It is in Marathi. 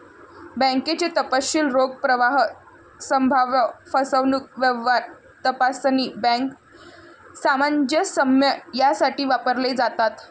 बँकेचे तपशील रोख प्रवाह, संभाव्य फसवणूक, व्यवहार तपासणी, बँक सामंजस्य यासाठी वापरले जातात